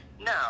no